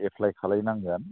एफ्लाइ खालायनांगोन